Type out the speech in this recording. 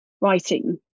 writing